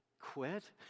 quit